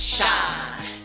Shine